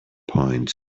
points